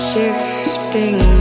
Shifting